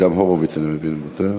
גם הורוביץ אני מבין ויתר,